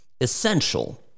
essential